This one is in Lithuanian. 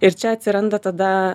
ir čia atsiranda tada